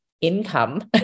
income